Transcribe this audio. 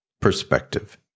perspective